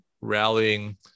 rallying